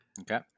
Okay